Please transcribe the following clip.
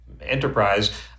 enterprise